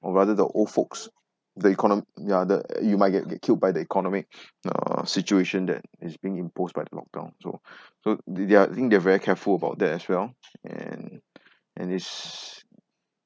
or rather the old folks the econo~ yeah the you might get get killed by the economic uh situation that is being imposed by the lock down so the they're they're very careful about that as well and and it's